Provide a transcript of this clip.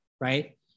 right